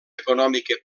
econòmica